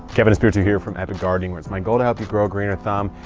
kevin espiritu here from epic gardening where it's my goal to help you grow greener thumb.